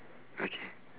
okay